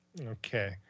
Okay